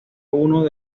uno